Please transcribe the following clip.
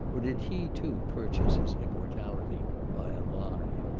or did he too purchase his immortality by a lie?